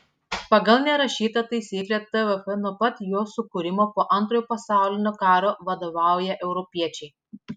pagal nerašytą taisyklę tvf nuo pat jo sukūrimo po antrojo pasaulinio karo vadovauja europiečiai